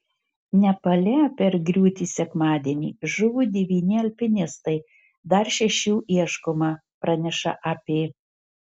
nepale per griūtį sekmadienį žuvo devyni alpinistai dar šešių ieškoma praneša ap